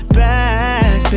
back